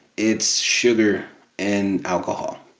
it's sugar and alcohol.